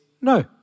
no